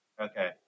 Okay